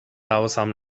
حواسم